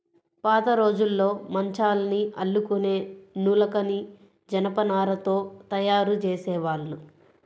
పాతరోజుల్లో మంచాల్ని అల్లుకునే నులకని జనపనారతో తయ్యారు జేసేవాళ్ళు